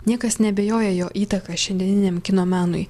niekas neabejoja jo įtaką šiandieniniam kino menui